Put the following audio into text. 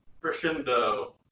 crescendo